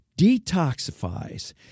detoxifies